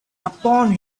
upon